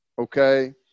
okay